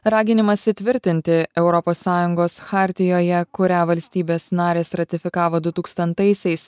raginimas įtvirtinti europos sąjungos chartijoje kurią valstybės narės ratifikavo du tūkstantaisiais